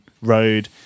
road